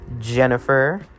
Jennifer